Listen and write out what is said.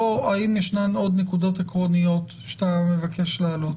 בוא האם ישנן עוד נקודות עקרוניות שאתה מבקש להעלות?